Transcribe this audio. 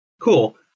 Cool